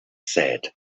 said